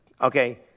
Okay